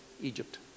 Egypt